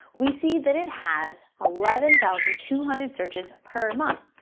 we see that it has eleven thousand two hundred searches per month.